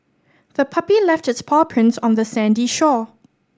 the puppy left its paw prints on the sandy shore